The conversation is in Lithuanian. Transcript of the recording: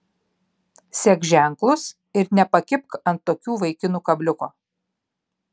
sek ženklus ir nepakibk ant tokių vaikinų kabliuko